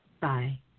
bye